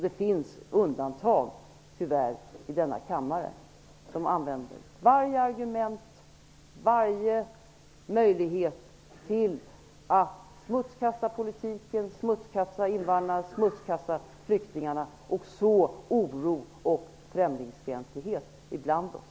Det finns i denna kammare, tyvärr, undantag som använder varje argument och varje möjlighet till att smutskasta politiken, smutskasta invandrarna och smutskasta flyktingarna samt till att så oro och främlingsfientlighet bland oss.